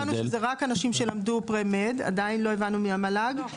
לא הבנו מהמל"ג שזה רק אנשים שלמדו Pre Med. אנחנו הבנו שיכול